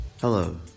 Hello